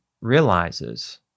realizes